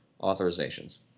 authorizations